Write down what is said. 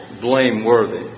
blameworthy